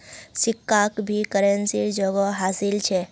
सिक्काक भी करेंसीर जोगोह हासिल छ